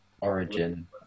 Origin